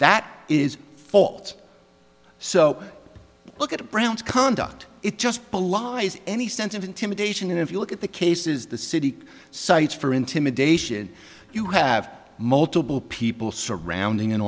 that is fault so look at brown's conduct it just belies any sense of intimidation and if you look at the cases the city cites for intimidation you have multiple people surrounding an